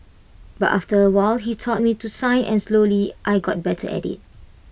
but after A while he taught me to sign and slowly I got better at IT